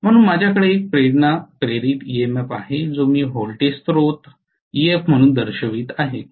म्हणून माझ्याकडे एक प्रेरणा ईएमएफ आहे जो मी व्होल्टेज स्रोत Ef म्हणून दर्शवित आहे